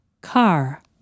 Car